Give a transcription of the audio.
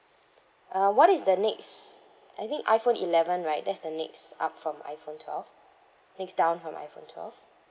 uh what is the next I think iphone eleven right that's the next up from iphone twelve next down from iphone twelve